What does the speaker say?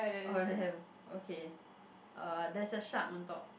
oh then have okay uh there's a shark on top